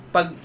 Pag